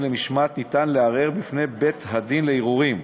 למשמעת אפשר לערער בפני בית-הדין לערעורים,